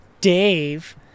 Dave